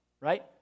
right